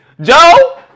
Joe